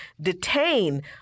detain